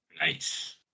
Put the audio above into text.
Nice